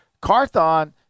Carthon